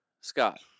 Scott